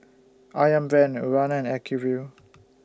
Ayam Brand Urana and Acuvue